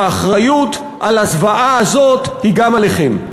האחריות לזוועה הזאת היא גם עליכם.